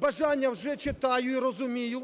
бажання вже читаю і розумію,